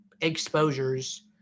exposures